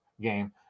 game